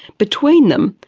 between them,